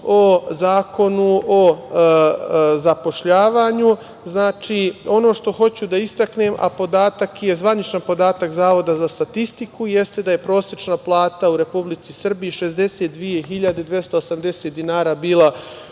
o Zakonu o zapošljavanju. Ono što hoću da istaknem, a zvanični podatak Zavoda za statistiku jeste da je prosečna plata u Republici Srbiji 62.280 dinara bila